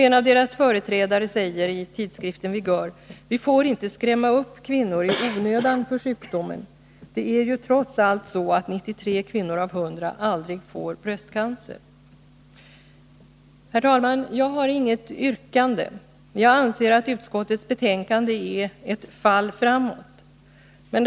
En av föreningens företrädare säger i tidskriften Vigör: Vi får inte skrämma upp kvinnor i onödan för sjukdomen. Det är ju trots allt så att 93 kvinnor av 100 aldrig får bröstcancer. Herr talman! Jag har inget yrkande, men jag anser att utskottets betänkande innebär ett fall framåt för frågan.